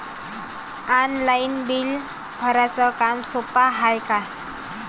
Online bill भराच काम सोपं हाय का?